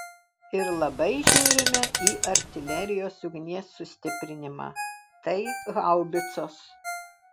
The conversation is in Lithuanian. ir labai žiūrime į artilerijos ugnies sustiprinimą tai haubicos